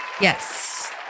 Yes